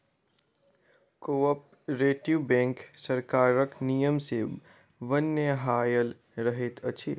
cooperative bank सरकारक नियम सॅ बन्हायल रहैत अछि